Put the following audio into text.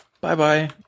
Bye-bye